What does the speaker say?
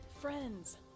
Friends